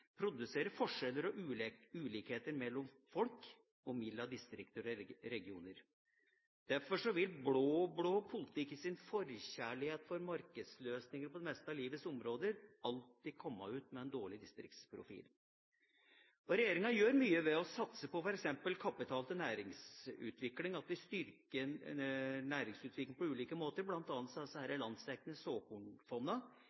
produserer forskjeller og ulikheter mellom folk og mellom distrikter/regioner. Derfor vil blå-blå politikk – i sin forkjærlighet for markedsløsninger på det meste av livets områder – alltid komme ut med en dårlig distriktsprofil. Regjeringa gjør mye, f.eks. ved å satse på kapital til næringsutvikling – vi styrker næringsutvikling på ulike måter,